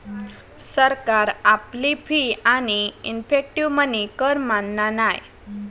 सरकार आपली फी आणि इफेक्टीव मनी कर मानना नाय